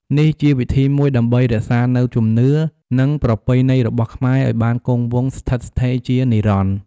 នេះជាវិធីមួយដើម្បីរក្សានូវជំនឿ និងប្រពៃណីរបស់ខ្មែរឱ្យបានគង់វង្សស្ថិតស្ថេរជានិរន្តរ៍។